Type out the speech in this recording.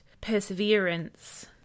perseverance